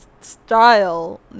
style